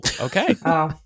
okay